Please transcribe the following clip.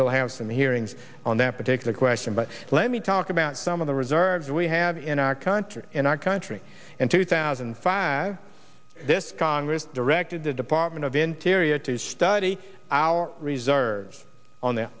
we'll have some hearings on that particular question but let me talk about some of the reserves we have in our country in our country in two thousand and five this congress directed the department of interior to study our reserves on the